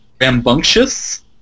rambunctious